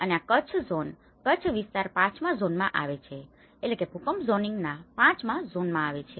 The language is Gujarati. અને આ કચ્છ ઝોન કચ્છ વિસ્તાર પાંચમા ઝોનમાં આવે છે એટલે કે ભૂકંપ ઝોનિંગના 5માં ઝોનમાં આવે છે